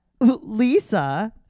Lisa